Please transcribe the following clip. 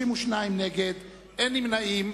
נגד או נמנעים.